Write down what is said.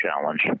Challenge